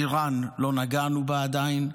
איראן, לא נגענו בה עדיין,